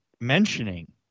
mentioning